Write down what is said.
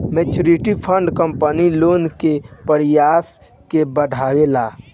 mutual fund company लोग के पयिसा के बढ़ावेला